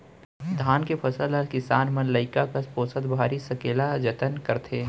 धान के फसल ल किसान मन लइका कस पोसत भारी सकेला जतन करथे